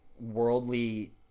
worldly